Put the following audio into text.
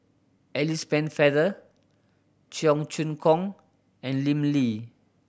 Alice Pennefather Cheong Choong Kong and Lim Lee